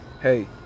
hey